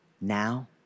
Now